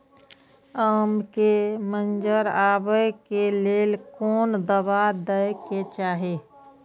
आम के मंजर आबे के लेल कोन दवा दे के चाही?